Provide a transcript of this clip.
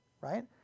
right